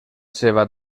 seva